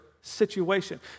Situation